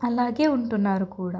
అలాగే ఉంటున్నారు కూడా